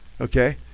okay